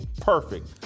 perfect